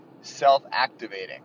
self-activating